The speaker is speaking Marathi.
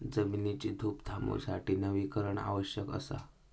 जमिनीची धूप थांबवूसाठी वनीकरण आवश्यक असा